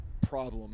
problem